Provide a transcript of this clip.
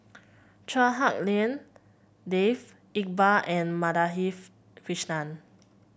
Chua Hak Lien Dave Iqbal and Madhavi Krishnan